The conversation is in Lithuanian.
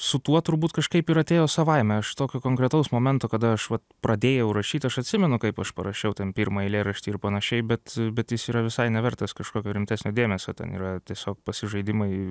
su tuo turbūt kažkaip ir atėjo savaime aš tokio konkretaus momento kada aš vat pradėjau rašyt aš atsimenu kaip aš parašiau ten pirmąjį eilėraštį ir panašiai bet bet jis yra visai nevertas kažkokio rimtesnio dėmesio ten yra tiesiog pasižaidimai